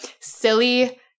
silly